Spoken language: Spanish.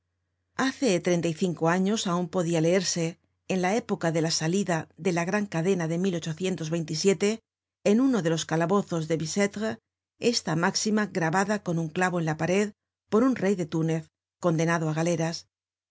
hace treinta y cinco años aun podia leerse en la época de la salida de la gran cadena de en uno de los calabozos de bicetre esta má xima grabada con un clavo en la pared por un rey de túnez condenado á galeras o